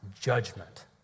judgment